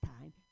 time